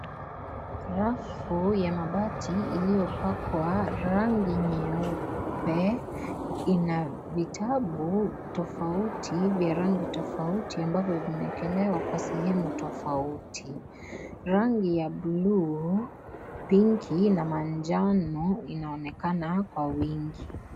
Rafu ya mabati, iliyopakwa rangi nyeupe, ina vitabu tofauti vya rangi tofauti ambavyo vimeekelewa kwa sehemu tofauti. Rangi ya blue ,pinki na manjano, inaonekana kwa wingi.